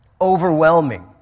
Overwhelming